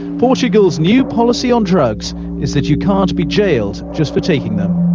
portugal's new policy on drugs is that you can't be jailed just for taking them.